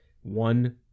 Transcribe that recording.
one